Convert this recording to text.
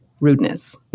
rudeness